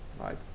right